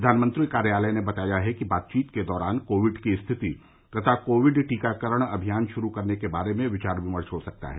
प्रधानमंत्री कार्यालय ने बताया है कि बातचीत के दौरान कोविड की स्थिति तथा कोविड टीकाकरण शुरू करने के बारे में विचार विमर्श हो सकता है